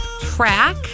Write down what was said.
track